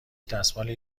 دستمالی